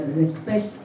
respect